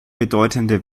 bedeutende